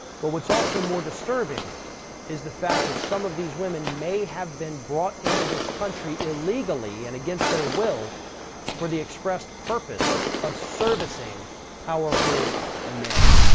but what's also more disturbing is the fact that some of these women may have been brought into this country illegally and against their will for the expressed purpose of servicing powerful men.